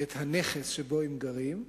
את הנכס שהם גרים בו,